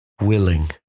Willing